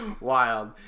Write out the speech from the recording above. wild